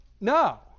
No